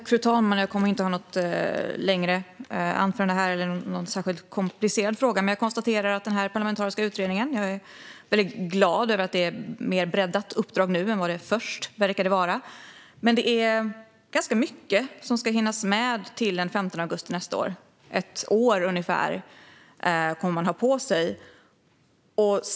Fru talman! Jag kommer inte att hålla något längre anförande eller ställa någon särskilt komplicerad fråga. Jag är glad att kunna konstatera att den parlamentariska utredningen fått ett bredare uppdrag än vad det först verkade vara. Men det är ganska mycket som ska hinnas med till den 15 augusti nästa år. Man kommer att ha ungefär ett år på sig.